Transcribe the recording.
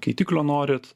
keitiklio norit